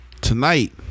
tonight